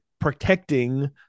protecting